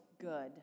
good